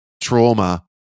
trauma